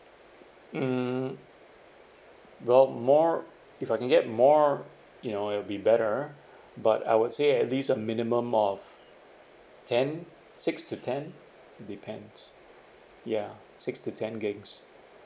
mm got more if I can get more you know it'll be better but I would say at least a minimum of ten six to ten depends ya six to ten gigs